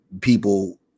people